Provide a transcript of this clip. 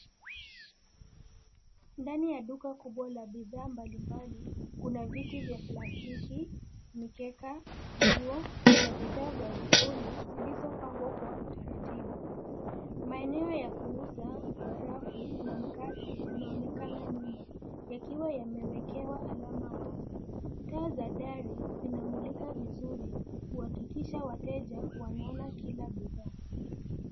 Ndani ya duka kubwa la bidhaa mbali mbali, kuna viti vya plastiki, mikeka, nguo, na bidhaa za jikoni zilizopangwa kwa utaratibu, maeneo ya kuuza, barafu na mikate yanaonekana nyuma, yakiwa yameekewa alama wazi, taa za dari, zinamulika vizuri, kuhakikisha wateja, wanaona kila bidhaa.